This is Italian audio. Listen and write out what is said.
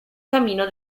camino